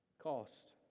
cost